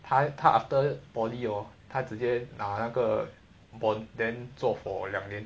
他他 after poly hor 他直接拿那个 bond then 做 for 两年